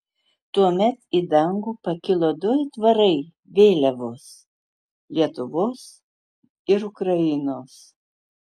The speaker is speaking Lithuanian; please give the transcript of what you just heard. tuomet į dangų pakilo du aitvarai vėliavos lietuvos ir ukrainos